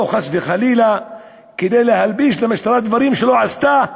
או חס וחלילה באים להלביש למשטרה דברים שהיא לא עשתה,